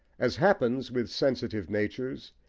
as happens with sensitive natures,